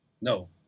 No